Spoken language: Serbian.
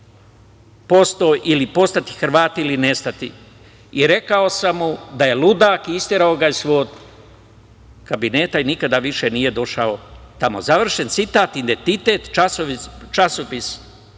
50% ili postati Hrvati ili nestati. I rekao sam mu da je ludak i isterao ga iz kabineta i nikada više nije došao tamo“, završen citat, „Identitet“ časopis,